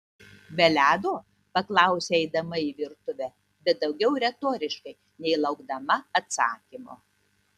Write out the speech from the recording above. be ledo paklausė eidama į virtuvę bet daugiau retoriškai nei laukdama atsakymo